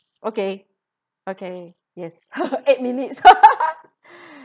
okay okay yes eight minutes